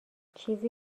چیزی